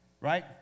Right